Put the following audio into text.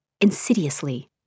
insidiously